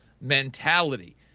mentality